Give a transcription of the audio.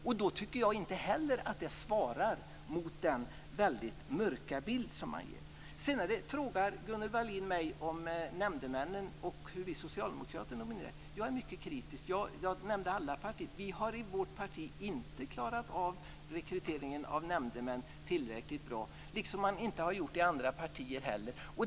Detta tycker jag inte heller svarar mot den väldigt mörka bild som man ger. Sedan frågar Gunnel Wallin mig om nämndemännen och hur vi socialdemokrater nominerar. Här är jag mycket kritisk, och jag talade också om alla partier. Vi har i vårt parti inte klarat av rekryteringen av nämndemän tillräckligt bra, liksom man inte har gjort det i andra partier heller.